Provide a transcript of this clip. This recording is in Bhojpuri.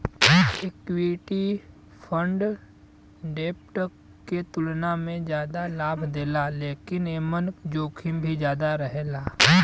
इक्विटी फण्ड डेब्ट के तुलना में जादा लाभ देला लेकिन एमन जोखिम भी ज्यादा रहेला